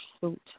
suit